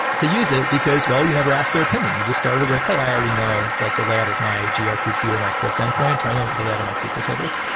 to use it because, well, you never asked their opinion. you just started with, hey, i already know like the layout of my grpc or my thrift endpoints. i know the layout of my sql tables.